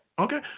Okay